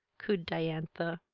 cooed diantha.